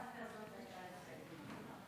הסתייגות 44 לא נתקבלה.